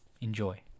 Enjoy